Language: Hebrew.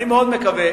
אני מאוד מקווה